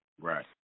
right